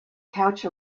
couch